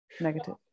negative